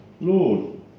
Lord